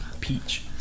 peach